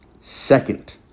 Second